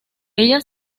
ella